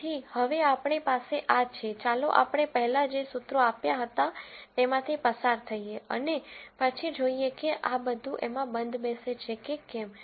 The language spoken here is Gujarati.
તેથી હવે આપણી પાસે આ છે ચાલો આપણે પહેલા જે સૂત્રો આપ્યા હતા તેમાંથી પસાર થઈએ અને પછી જોઈએ કે આ બધું એમાં બંધબેસે છે કે કેમ